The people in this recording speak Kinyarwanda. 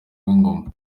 w’ingoma